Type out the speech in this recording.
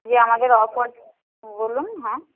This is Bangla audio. যে আমাদের অপর বলুন হ্যাঁ